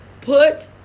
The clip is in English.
put